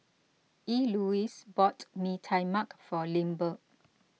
Elouise bought Mee Tai Mak for Lindbergh